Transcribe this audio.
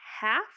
half